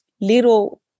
little